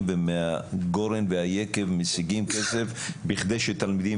ומהגורן והיקב משיגים כסף כדי שתלמידים,